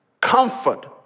comfort